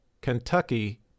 Kentucky